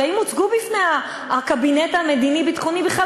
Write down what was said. האם הוצגו בפני הקבינט המדיני-ביטחוני בכלל